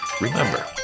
remember